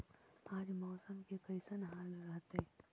आज मौसम के कैसन हाल रहतइ?